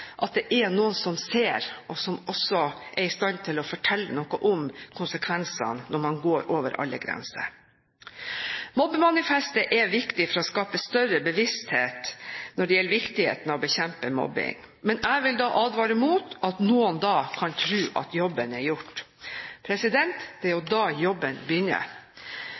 at det er noen som ser, og som også er i stand til å fortelle noe om konsekvensene når man går over alle grenser. Mobbemanifestet er viktig for å skape større bevissthet når det gjelder viktigheten av å bekjempe mobbing, men jeg vil advare mot at noen da kan tro at jobben er gjort. Det er jo da jobben begynner.